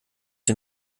den